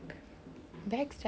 so I learn everything